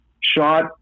shot